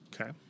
Okay